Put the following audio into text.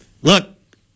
look